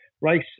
Race